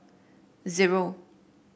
zero